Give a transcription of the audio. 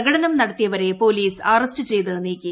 പ്രകടനം നടത്തിയവരെ police arrest ചെയ്ത് നീക്കി